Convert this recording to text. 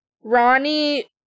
Ronnie